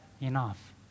enough